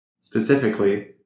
specifically